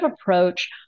approach